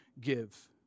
give